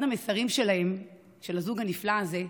אחד המסרים שלהם, של הזוג הנפלא הזה,